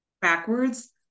backwards